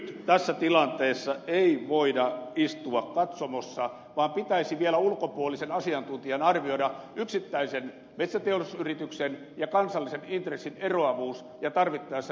nyt tässä tilanteessa ei voida istua katsomossa vaan pitäisi vielä ulkopuolisen asiantuntijan arvioida yksittäisen metsäteollisuusyrityksen ja kansallisen intressin eroavuus ja tarvittaessa nyt reagoida